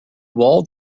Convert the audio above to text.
walled